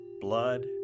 blood